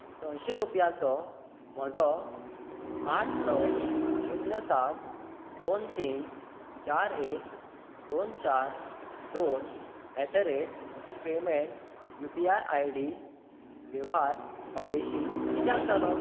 सयशी रुपयांचो म्हजो आठ णव शुन्य सात दोन तीन चार एक दोन चार दोन at the rate payment U P I I D वेव्हार अपेशी कित्याक जालो